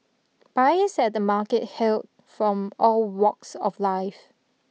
buyers at the market hailed from all walks of life